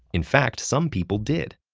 in fact, some people did.